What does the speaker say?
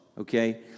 Okay